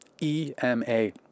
e-m-a